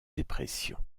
dépression